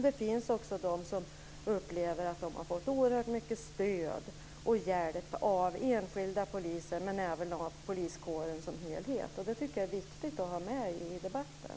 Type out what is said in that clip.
Det finns också de som upplever att de har fått oerhört mycket stöd och hjälp av enskilda poliser men även av poliskåren som helhet. Det tycker jag är viktigt att ha med i debatten.